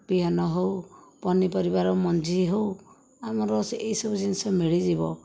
ବିହନ ହେଉ ପନିପରିବାର ମଞ୍ଜି ହେଉ ଆମର ଏହି ସବୁ ଜିନିଷ ମିଳିଯିବ